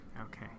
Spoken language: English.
okay